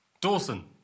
Dawson